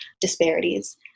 disparities